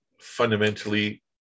fundamentally